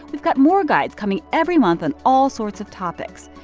we've got more guides coming every month on all sorts of topics.